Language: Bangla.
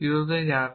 0 তে যান